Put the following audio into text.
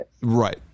Right